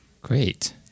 Great